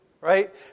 right